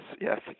yes